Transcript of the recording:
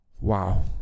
wow